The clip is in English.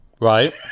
Right